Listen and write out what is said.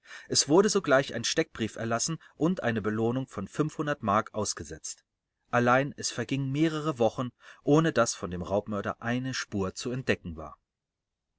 es wurde sogleich ein steckbrief erlassen und eine belohnung von mark ausgesetzt allein es vergingen mehrere wochen ohne das von dem raubmörder eine spur zu entdecken war